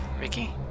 Ricky